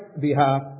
behalf